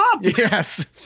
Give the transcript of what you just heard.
Yes